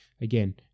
Again